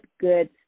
good